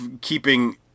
keeping